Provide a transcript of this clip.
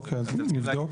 אוקיי, אז נבדוק.